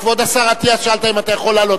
כבוד השר אטיאס, שאלת אם אתה יכול לעלות.